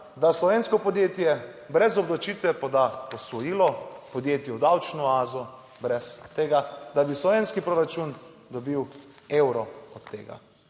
da slovensko podjetje brez obdavčitve poda posojilo podjetju v davčno oazo, brez tega, da bi slovenski proračun dobil evro od tega.